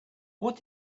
what